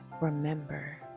remember